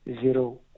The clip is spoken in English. zero